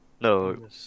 No